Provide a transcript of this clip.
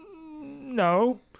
no